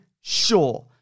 sure